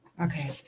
Okay